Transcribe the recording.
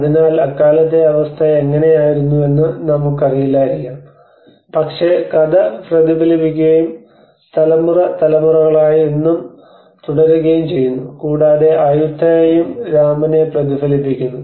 അതിനാൽ അക്കാലത്തെ അവസ്ഥ എങ്ങനെയായിരുന്നുവെന്ന് നമുക്കറിയില്ലായിരിക്കാം പക്ഷേ കഥ പ്രതിഫലിപ്പിക്കുകയും തലമുറ തലമുറകളായി ഇന്നും തുടരുകയും ചെയ്യുന്നു കൂടാതെ ആയുത്തായയും രാമനെ പ്രതിഫലിപ്പിക്കുന്നു